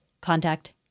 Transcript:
Contact